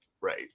Right